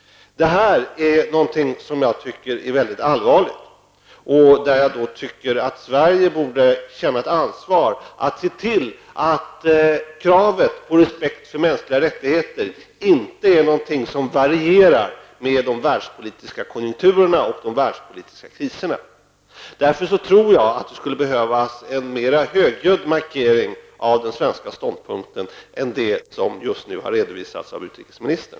Det här är någonting som jag tycker är väldigt allvarligt. Jag tycker att Sverige borde känna ett ansvar att se till att kravet på respekt för mänskliga rättigheter inte är någonting som varierar med de världspolitiska konjunkturerna och de världspolitiska kriserna. Därför tror jag att det skulle behövas en mer högljudd markering av den svenska ståndpunkten än vad som just nu har redovisats av utrikesministern.